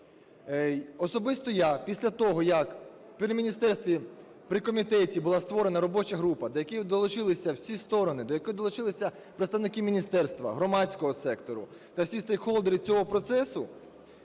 Особисто я після того, як при міністерстві, при комітеті була створена робоча група, до якої долучилися всі сторони, до якої долучилися представники міністерства, громадського сектору та всі стейкхолдери цього процесу,